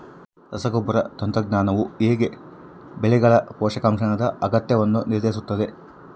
ರಸಗೊಬ್ಬರ ತಂತ್ರಜ್ಞಾನವು ಹೇಗೆ ಬೆಳೆಗಳ ಪೋಷಕಾಂಶದ ಅಗತ್ಯಗಳನ್ನು ನಿರ್ಧರಿಸುತ್ತದೆ?